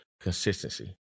consistency